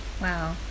wow